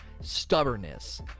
stubbornness